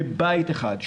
בבית אחד,